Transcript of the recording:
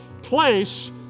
place